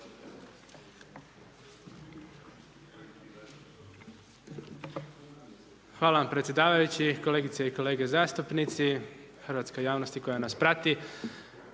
Hvala vam predsjedavajući, kolege i kolegice zastupnici, hrvatska javnost i koja nas prati.